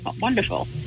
wonderful